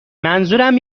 منظورم